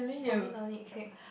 for me no need cake